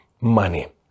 money